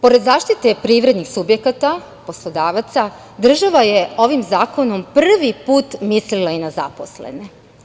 Pored zaštite privrednih subjekata, poslodavaca, država je ovim zakonom prvi put mislila i na zaposlene.